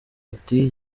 ati